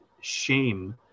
shame